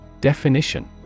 Definition